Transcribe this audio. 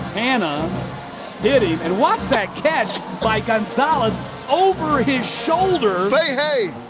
and and watch that catch by gonzalez over his shoulder. say hey.